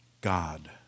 God